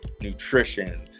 nutrition